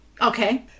Okay